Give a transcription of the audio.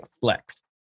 flex